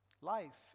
Life